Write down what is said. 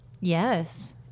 Yes